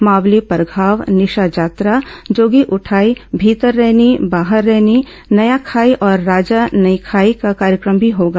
मावली परघाव निशा जात्रा जोगी उठाई भीतररैनी बाहररैनी नयाखाई और राजा नईखाई का कार्यक्रम भी होगा